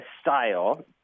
style